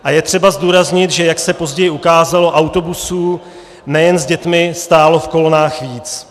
A je třeba zdůraznit, že, jak se později ukázalo, autobusů nejen s dětmi stálo v kolonách víc.